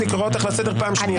אני קורא אותך לסדר פעם שנייה.